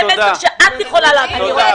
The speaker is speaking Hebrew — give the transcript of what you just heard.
זה משהו שאת יכולה להעביר.